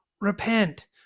Repent